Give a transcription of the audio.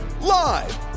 Live